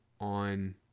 on